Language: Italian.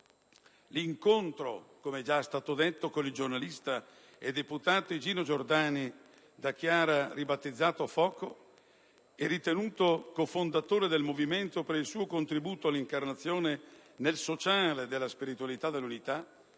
L'incontro, come già detto, con il giornalista e deputato Igino Giordani, da Chiara ribattezzato "Foco" e ritenuto cofondatore del movimento per il suo contributo all'incarnazione nel sociale della spiritualità dell'unità,